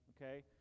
Okay